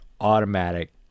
automatic